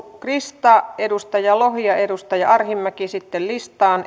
krista kiuru edustaja lohi ja ja edustaja arhinmäki sitten listaan